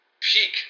Peak